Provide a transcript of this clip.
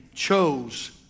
chose